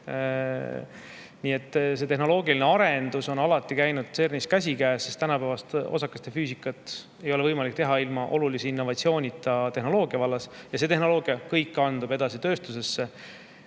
Nii et tehnoloogiline arendus on alati käinud CERN-is [kõige muuga] käsikäes, sest tänapäevast osakeste füüsikat ei ole võimalik teha ilma olulise innovatsioonita tehnoloogia vallas. Kõik see tehnoloogia kandub edasi tööstusesse